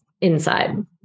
inside